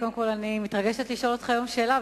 קודם כול אני מתרגשת לשאול אותך היום שאלה,